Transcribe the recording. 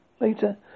later